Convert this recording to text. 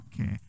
Okay